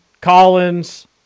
Collins